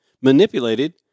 manipulated